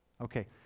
Okay